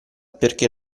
perché